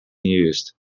used